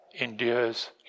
endures